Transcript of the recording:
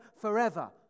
forever